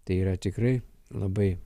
tai yra tikrai labai